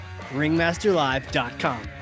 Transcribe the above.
Ringmasterlive.com